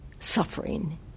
suffering